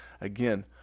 Again